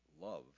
love